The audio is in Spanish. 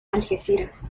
algeciras